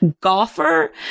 golfer